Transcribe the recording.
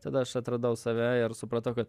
tada aš atradau save ir supratau kad